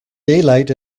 daylight